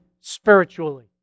spiritually